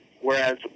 whereas